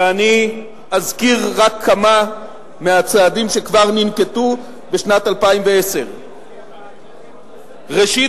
ואני אזכיר רק כמה מהצעדים שכבר ננקטו בשנת 2010. ראשית,